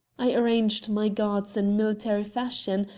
i arranged my guards in military fashion,